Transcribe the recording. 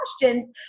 questions